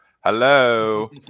Hello